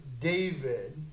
David